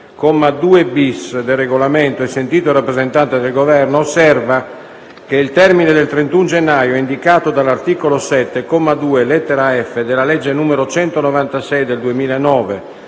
comma 2-*bis* del Regolamento, e sentito il rappresentante del Governo, osserva che il termine del 31 gennaio indicato dall'articolo 7, comma 2, lettera *f)*, della legge n. 196 del 2009,